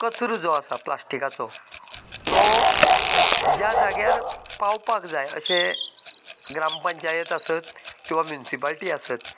कचरो जो आसा प्लास्टीकाचो तो ज्या जाग्यार पावपाक जाय अशें ग्रामपंचायत आसत किंवां म्युन्सिपाल्टी आसत